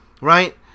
Right